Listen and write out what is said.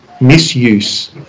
misuse